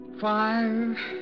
Five